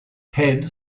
head